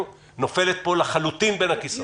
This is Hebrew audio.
היא שהסוגיה נופלת לחלוטין בין הכיסאות.